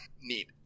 neat